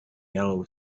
yellow